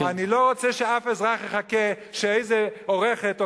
אני לא רוצה שאף אזרח יחכה שאיזה עורכת או